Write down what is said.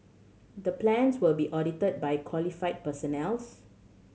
the plans will be audited by qualified personnels